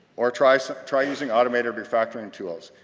or try so try using automated refactoring tools.